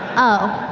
oh.